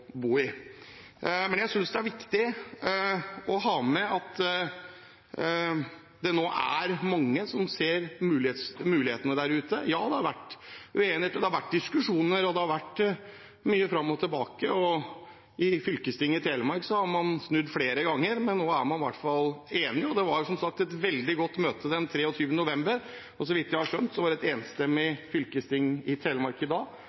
bo i. Men jeg synes det er viktig å ha med at det nå er mange som ser mulighetene der ute. Ja, det har vært uenighet, det har vært diskusjoner, og det har vært mye fram og tilbake. I fylkestinget i Telemark har man snudd flere ganger, men nå er man i hvert fall enig. Det var som sagt et veldig godt møte den 23. november. Så vidt jeg har skjønt, var det et enstemmig fylkesting i Telemark i